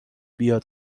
بیاد